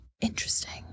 Interesting